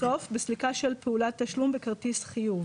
בסוף, "בסליקה של פעולת תשלום בכרטיס חיוב",